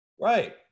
right